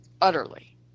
utterly